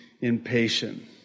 impatient